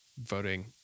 voting